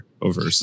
over